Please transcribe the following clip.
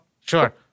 sure